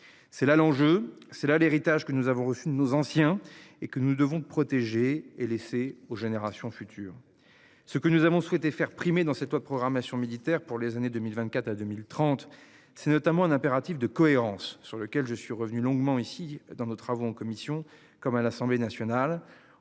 C'est là l'enjeu c'est là l'héritage que nous avons reçu de nos anciens et que nous devons protéger et laisser aux générations futures ce que nous avons souhaité faire primer dans cette loi de programmation militaire pour les années 2024 à 2030, c'est notamment un impératif de cohérence sur lequel je suis revenue longuement ici dans nos travaux en commission comme à l'Assemblée nationale